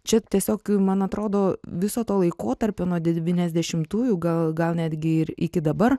čia tiesiog man atrodo viso to laikotarpio nuo devyniasdešimtųjų gal netgi ir iki dabar